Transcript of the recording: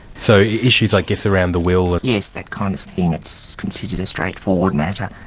so issues, i guess, around the will? yes, that kind of thing it's considered a straightforward matter.